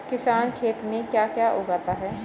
किसान खेत में क्या क्या उगाता है?